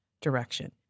direction